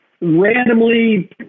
randomly